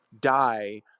die